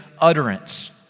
utterance